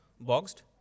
boxed